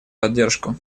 поддержку